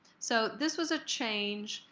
so this was a change